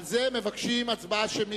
על זה מבקשים הצבעה שמית.